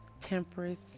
temperance